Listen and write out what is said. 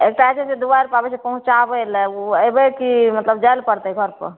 एकटा छै जे दुआरिपर अबय छै पहुँचाबय लए उ एबै कि मतलब जाइ लए पड़तय घरपर